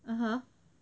(uh huh)